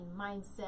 mindset